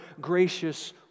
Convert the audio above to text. gracious